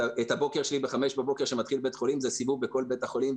הבוקר שלי בבית חולים מתחיל בחמש בבוקר בסיבוב בכל בית החולים,